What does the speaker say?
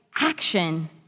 action